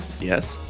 yes